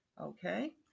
Okay